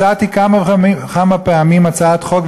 הצעתי כמה וכמה פעמים הצעת חוק,